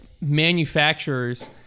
manufacturers